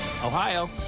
Ohio